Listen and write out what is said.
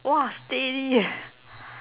!wah! steady eh